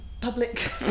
public